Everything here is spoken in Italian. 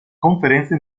conferenza